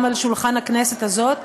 גם על שולחן הכנסת הזאת,